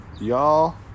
Y'all